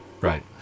Right